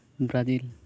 Brazil